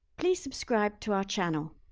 please subscribe to our channel